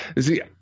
See